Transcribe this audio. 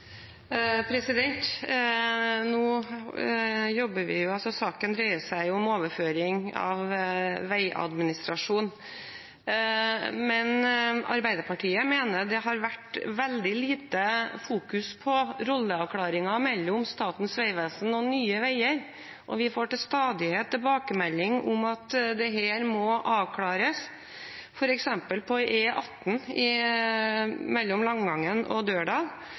Saken dreier seg jo om overføring av veiadministrasjon, men Arbeiderpartiet mener det har vært fokusert veldig lite på rolleavklaringen mellom Statens vegvesen og Nye Veier, og vi får til stadighet tilbakemelding om at dette må avklares. Statens vegvesen har f.eks. innsigelser mot plasseringen av en bom på E18 mellom Langangen og Dørdal,